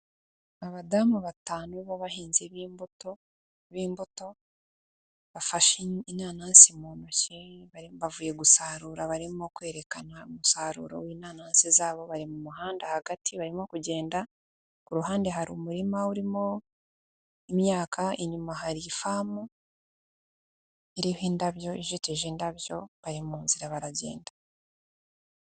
Abadamu batanu b'abahinzi b'imbuto, bafashe inanasi mu ntoki bavuye gusarura barimo kwerekana umusaruro w'inanasi zabo, bari mu muhanda hagati barimo kugenda, ku ruhande hari umurima urimo imyaka, inyuma hari ifamu, iriho indabyo ijtije indabyo bari mu nzira baragenda.